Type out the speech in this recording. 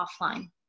offline